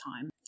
time